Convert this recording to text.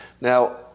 Now